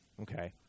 Okay